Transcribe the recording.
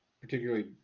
particularly